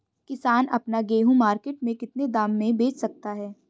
किसान अपना गेहूँ मार्केट में कितने दाम में बेच सकता है?